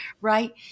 right